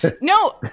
No